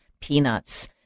Peanuts